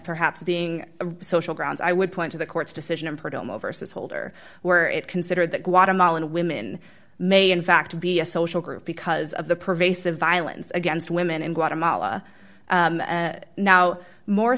perhaps being social grounds i would point to the court's decision in perdomo versus holder where it considered that guatemalan women may in fact be a social group because of the pervasive violence against women in guatemala now more